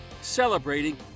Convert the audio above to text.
celebrating